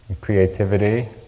Creativity